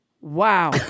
Wow